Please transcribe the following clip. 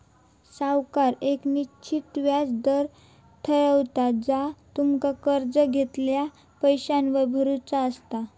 सावकार येक निश्चित व्याज दर ठरवता जा तुमका कर्ज घेतलेल्या पैशावर भरुचा असता